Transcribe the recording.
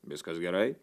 viskas gerai